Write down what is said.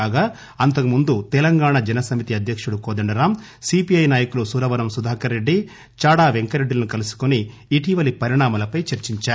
కాగా అంతకుముందు తెలంగాణా జనసమితి అధ్యకుడు కోదండరామ్ సిపిఐ నాయకులు సురవరం సుధాకర్ రెడ్డిచాడ పెంకట్ రెడ్డిలను కలుసుకుని ఇటీవలి పరిణామాలపై చర్సించారు